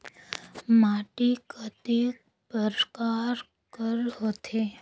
माटी कतेक परकार कर होथे?